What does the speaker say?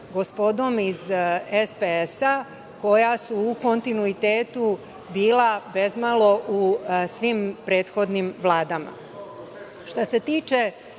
gospodom iz SPS koja su u kontinuitetu bila, bezmalo u svim prethodnim vladama. Što